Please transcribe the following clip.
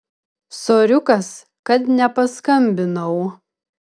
soriukas kad nepaskambinau